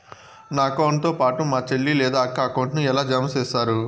నా అకౌంట్ తో పాటు మా చెల్లి లేదా అక్క అకౌంట్ ను ఎలా జామ సేస్తారు?